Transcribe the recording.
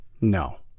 No